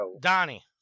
Donnie